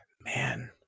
man